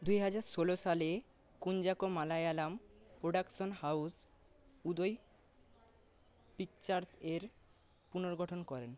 দুই হাজার ষোলো সালে কুঞ্জাকো মালায়ালম প্রোডাকশান হাউস উদয় পিকচার্সের পুনর্গঠন করেন